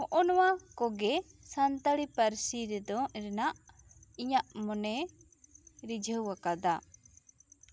ᱦᱚᱜᱼᱚᱭ ᱱᱚᱣᱟ ᱠᱚ ᱜᱮ ᱥᱟᱱᱛᱟᱲᱤ ᱯᱟᱹᱨᱥᱤ ᱨᱮᱫᱚ ᱨᱮᱱᱟᱜ ᱤᱧᱟᱹᱜ ᱢᱚᱱᱮ ᱨᱤᱡᱷᱟᱹᱣ ᱟᱠᱟᱫᱟ